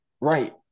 Right